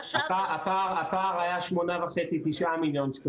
שם -- הפער היה 8.5-9,000,000 ₪,